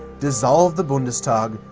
dissolve the bundestag,